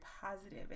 positive